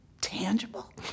tangible